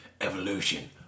Evolution